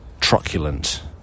truculent